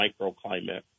microclimate